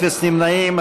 אפס נמנעים.